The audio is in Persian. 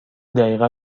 دقیقا